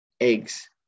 eggs